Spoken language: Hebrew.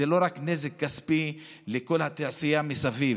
זה לא רק נזק כספי לכל התעשייה מסביב,